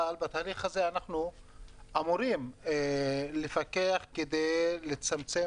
אבל בתהליך הזה אנחנו אמורים לפקח כדי לצמצם